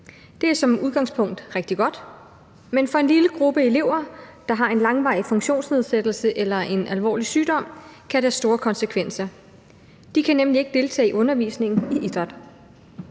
Det er i udgangspunktet rigtig godt, men for en lille gruppe elever, der har en langvarig funktionsnedsættelse eller en alvorlig sygdom, kan det have store konsekvenser. De kan nemlig ikke deltage i undervisningen i idræt.